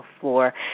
floor